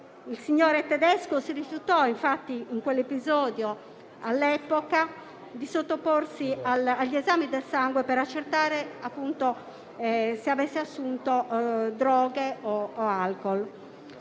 il signore tedesco si rifiutò all'epoca di sottoporsi agli esami del sangue per accertare se avesse assunto droghe o alcol.